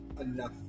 enough